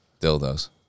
Dildos